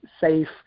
safe